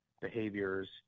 behaviors